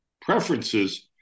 preferences